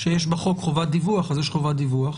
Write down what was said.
כשיש בחוק חובת דיווח, אז יש חובת דיווח.